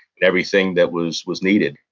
everything that was was needed,